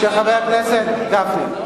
של חבר הכנסת גפני,